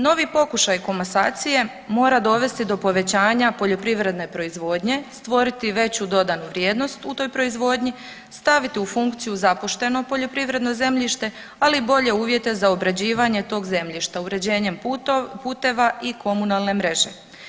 Novi pokušaj komasacije mora dovesti do povećanja poljoprivredne proizvodnje, stvoriti veću dodanu vrijednost u toj proizvodnji, staviti u funkciju zapušteno poljoprivredno zemljište, ali i bolje uvjete za obrađivanje tog zemljišta uređenjem puteva i komunalne mreže.